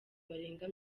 barenga